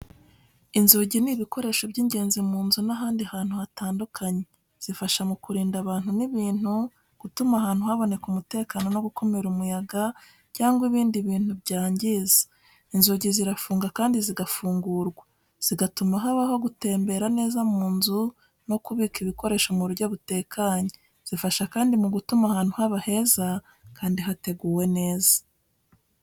Inzugi ni ibikoresho by’ingenzi mu nzu n’ahandi hantu hatandukanye. Zifasha mu kurinda abantu n’ibintu, gutuma ahantu haboneka umutekano no gukumira umuyaga cyangwa ibindi bintu byangiza. Inzugi zirafunga kandi zigafungurwa, zigatuma habaho gutembera neza mu nzu no kubika ibikoresho mu buryo butekanye. Zifasha kandi mu gutuma ahantu haba heza kandi hateguwe neza.